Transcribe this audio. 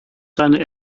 seine